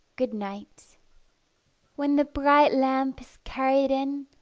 good-night when the bright lamp is carried in,